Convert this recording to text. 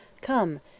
Come